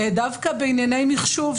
דווקא בענייני מחשוב,